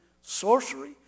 sorcery